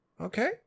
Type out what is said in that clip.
okay